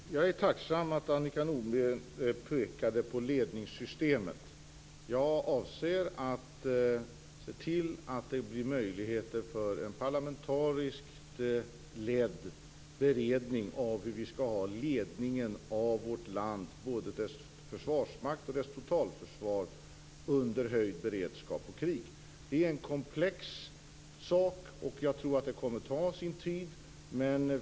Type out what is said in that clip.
Fru talman! Jag är tacksam över att Annika Nordgren pekade på ledningssystemet. Jag avser att se till att det blir en parlamentariskt ledd beredning av hur vi skall ha ledningen av vårt land, både dess försvarsmakt och dess totalförsvar, under höjd beredskap och krig. Det är en komplex fråga, och jag tror att det kommer att ta sin tid.